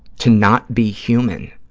to not be human?